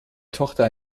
tochter